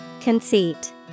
Conceit